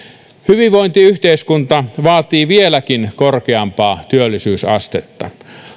hyvinvointiyhteiskunta vaatii vieläkin korkeampaa työllisyysastetta